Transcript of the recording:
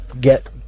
get